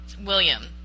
William